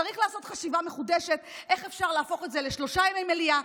צריך לעשות חשיבה מחודשת איך אפשר להפוך את זה לשלושה ימי מליאה.